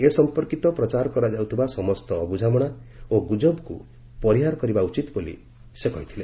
ଏ ସମ୍ପର୍କୀତ ପ୍ରଚାର କରାଯାଉଥିବା ସମସ୍ତ ଅବୁଝାମଣା ଓ ଗୁଜବକୁ ପରିହାର କରିବା ଉଚିତ ବୋଲି ସେ କହିଥିଲେ